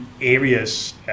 areas